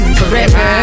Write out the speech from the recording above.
forever